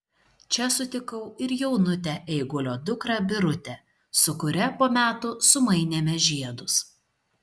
čia sutikau ir jaunutę eigulio dukrą birutę su kuria po metų sumainėme žiedus